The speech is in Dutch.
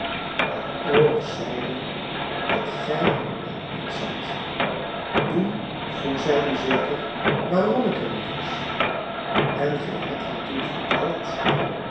haar oog zeide dat gij daar niet zat toen vroeg zij u zeker waarom ik er niet was en gij hebt haar toen verteld